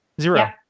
Zero